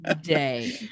day